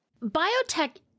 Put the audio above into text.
Biotech